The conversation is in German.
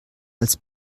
als